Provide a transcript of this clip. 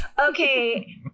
Okay